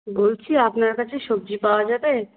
বলছি আপনার কাছে সবজি পাওয়া যাবে